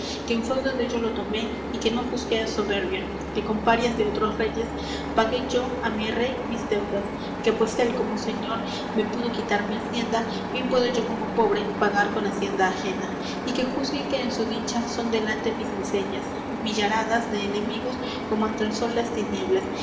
feudo dello lo tome y que no juzgue á soberbia que con parias de otros reyes pague yo á mi rey mis deudas que pues él como señor me pudo quitar mi hacienda bien puedo yo como pobre pagar con hacienda ajena y que juzgue que en su dicha son delante mis enseñas millaradas de enemigos como ante el sol las tinieblas